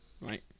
Right